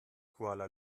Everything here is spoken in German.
kuala